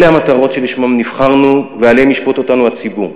אלה המטרות לשמן נבחרנו ועליהן ישפוט אותנו הציבור,